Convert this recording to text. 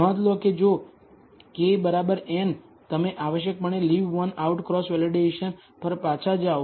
નોંધ લો કે જો k n તમે આવશ્યકપણે leave one out cross validation પર પાછા જાઓ